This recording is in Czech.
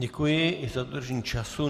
Děkuji i za dodržení času.